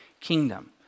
kingdom